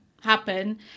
happen